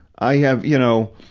i have, you know,